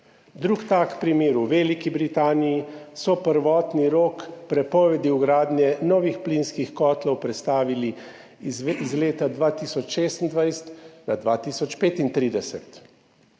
Drugi tak primer je v Veliki Britaniji, kjer so prvotni rok prepovedi vgradnje novih plinskih kotlov prestavili iz leta 2026 na 2035.